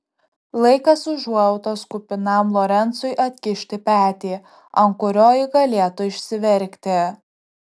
laikas užuojautos kupinam lorencui atkišti petį ant kurio ji galėtų išsiverkti